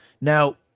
Now